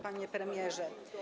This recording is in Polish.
Panie Premierze!